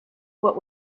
what